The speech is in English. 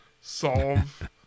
solve